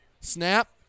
Snap